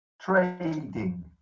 trading